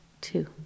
two